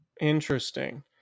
Interesting